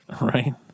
right